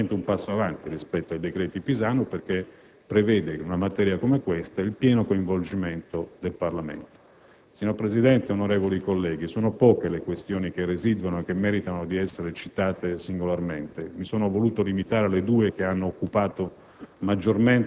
tratta certamente di un passo in avanti rispetto al cosiddetto decreto Pisanu perché prevede, in una materia come quella in esame, il pieno coinvolgimento del Parlamento. Signor Presidente, onorevoli colleghi, sono poche le questioni che residuano e meritano di essere citate singolarmente. Mi sono voluto limitare a quelle due che hanno occupato